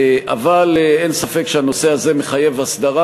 אבל אין ספק שהנושא הזה מחייב הסדרה,